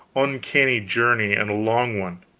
uncanny journey and a long one,